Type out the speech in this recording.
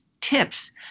tips